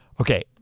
Okay